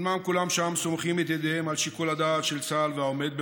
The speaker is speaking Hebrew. אומנם כולם שם סומכים את ידיהם על שיקול הדעת של צה"ל והעומד בראשו,